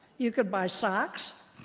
you could buy socks,